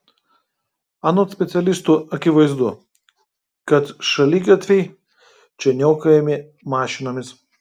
anot specialistų akivaizdu kad šaligatviai čia niokojami mašinomis